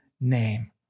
name